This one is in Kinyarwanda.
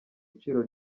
iciro